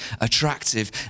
attractive